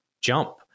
jump